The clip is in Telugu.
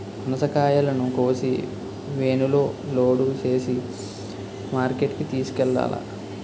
పనసకాయలను కోసి వేనులో లోడు సేసి మార్కెట్ కి తోలుకెల్లాల